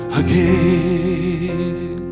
again